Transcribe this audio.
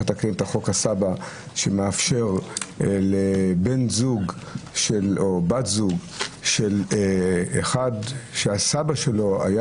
לתקן את החוק הסבא שמאפשר לבן זוג או בת זוג של אחד שהסבא שלו היה